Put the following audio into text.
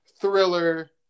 thriller